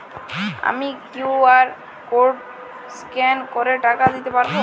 আমি QR code scan করে টাকা দিতে পারবো?